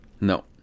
no